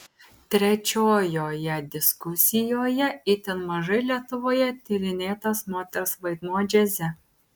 trečiojoje diskusijoje itin mažai lietuvoje tyrinėtas moters vaidmuo džiaze